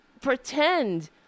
pretend